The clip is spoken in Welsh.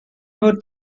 mor